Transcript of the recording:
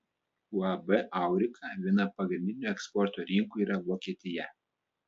uab aurika viena pagrindinių eksporto rinkų yra vokietija